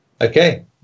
Okay